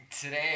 Today